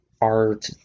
art